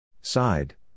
Side